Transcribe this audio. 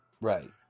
Right